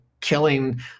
killing